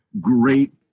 great